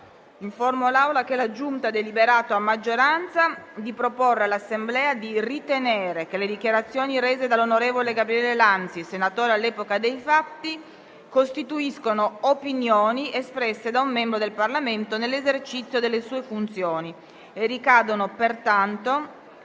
elezioni e delle immunità parlamentari, a maggioranza, ha proposto all'Assemblea di deliberare che le dichiarazioni rese dall'onorevole Gabriele Lanzi, senatore all'epoca dei fatti, costituiscano opinioni espresse da un membro del Parlamento nell'esercizio delle sue funzioni e ricadono pertanto